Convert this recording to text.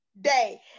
day